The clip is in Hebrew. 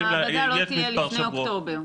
המעבדה לא תהיה לפני אוקטובר.